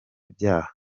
byaha